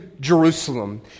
Jerusalem